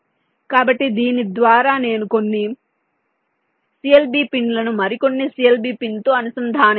కాబట్టి దీని ద్వారా కొన్ని CLB పిన్లను మరికొన్ని CLB పిన్తో అనుసంధానించవచ్చు